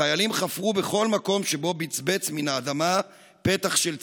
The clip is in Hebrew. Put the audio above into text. החיילים חיפשו בכל מקום שבו בצבץ מן האדמה פתח של צינור.